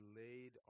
laid